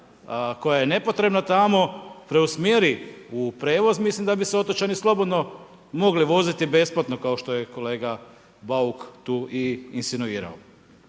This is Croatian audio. koja je nepotrebna tamo preusmjeri u prijevoz, mislim da bi se otočani slobodno mogli voziti besplatno, kao što je kolega Bauk tu i insinuirao.